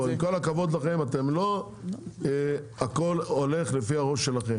עם כל הכבוד לכם, לא הכל הולך לפי הראש שלכם.